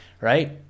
right